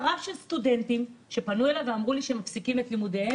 רב של סטודנטים שפנו אליי ואמרו לי שהם מפסיקים את לימודיהם,